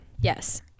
Yes